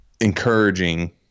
encouraging